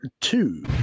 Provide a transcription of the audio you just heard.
two